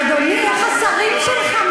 אדוני ראש הממשלה,